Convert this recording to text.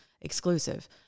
exclusive